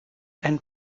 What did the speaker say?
and